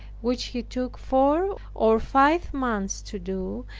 which he took four or five months to do,